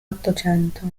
ottocento